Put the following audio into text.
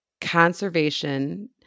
conservation